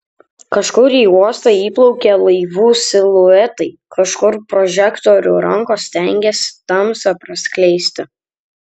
kažkur į uostą įplaukia laivų siluetai kažkur prožektorių rankos stengiasi tamsą praskleisti